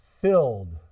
filled